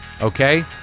Okay